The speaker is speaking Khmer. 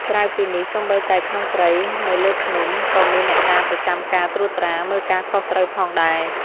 ក្រៅពីនេះ សូម្បីតែក្នុងព្រៃ នៅលើភ្នំ ក៏មានអ្នកតាប្រចាំការត្រួតត្រា មើលការខុសត្រូវផងដែរ។